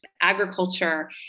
agriculture